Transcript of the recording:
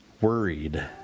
worried